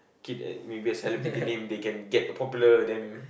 kid maybe a celebrity they can get popular then